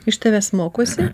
iš tavęs mokosi